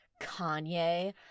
Kanye